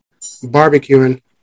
barbecuing